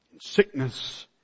sickness